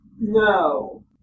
No